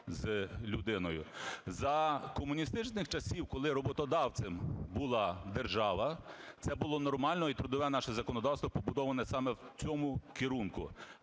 За комуністичних часів, коли роботодавцем була держава, це було нормально. І трудове наше законодавство побудоване саме в цьому керунку.